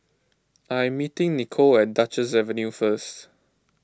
I am meeting Nicolle at Duchess Avenue first